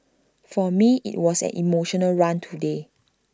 for me IT was an emotional run today